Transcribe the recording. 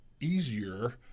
easier